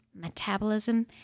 metabolism